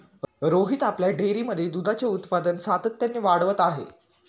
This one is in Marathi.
रोहित आपल्या डेअरीमध्ये दुधाचे उत्पादन सातत्याने वाढवत आहे